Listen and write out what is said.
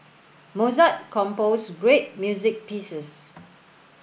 Mozart composed great music pieces